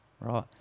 Right